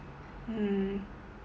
mm